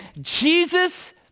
Jesus